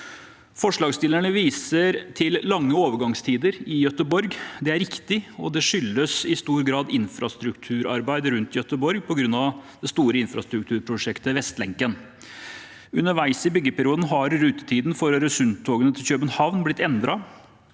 Forslagsstillerne viser til lange overgangstider i Göteborg. Det er riktig, og det skyldes i stor grad infrastrukturarbeid rundt Göteborg på grunn av det store infrastrukturprosjektet Västlänken. Underveis i byggeperioden har rutetidene for Øresundstogene til København blitt endret.